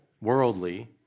worldly